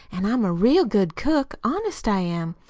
an' i'm a real good cook, honest i am,